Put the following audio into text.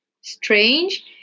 strange